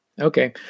Okay